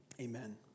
amen